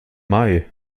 mai